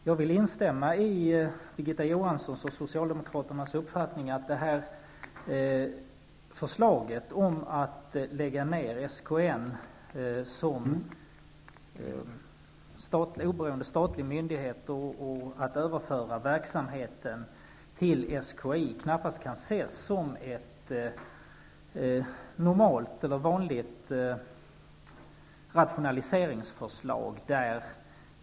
Herr talman! Jag delar Birgitta Johanssons och Socialdemokraternas uppfattning att det framlagda förslaget om att lägga ner SKN som oberoende statlig myndighet och att överföra verksamheten till SKI knappast kan ses som ett vanligt rationaliseringsförslag.